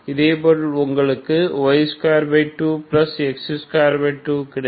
இதேபோல் உங்களுக்கு y22x22 கிடைக்கும்